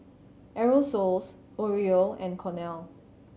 Aerosoles Oreo and Cornell